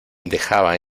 dejaba